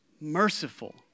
merciful